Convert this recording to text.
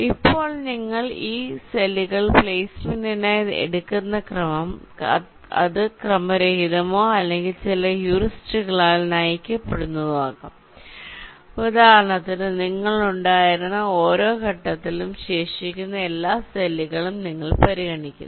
ഇപ്പോൾ നിങ്ങൾ ഈ സെല്ലുകൾ പ്ലെയ്സ്മെന്റിനായി എടുക്കുന്ന ക്രമം അത്ക്രമരഹിതമോ അല്ലെങ്കിൽ ചില ഹ്യൂറിസ്റ്റിക്കുകളാൽ നയിക്കപ്പെടുന്നതോ ആകാം ഉദാഹരണത്തിന് നിങ്ങൾ ഉണ്ടായിരുന്ന ഓരോ ഘട്ടത്തിലും ശേഷിക്കുന്ന എല്ലാ സെല്ലുകളും നിങ്ങൾ പരിഗണിക്കുന്നു